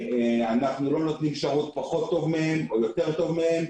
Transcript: אנחנו לא נותנים שירות פחות או יותר טוב מהם.